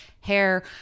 hair